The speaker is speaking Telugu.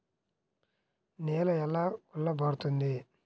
నేల ఎలా గుల్లబారుతుంది?